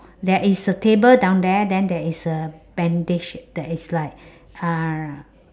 there is a table down there then there is a bandage that is like err